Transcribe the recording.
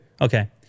Okay